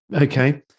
Okay